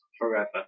forever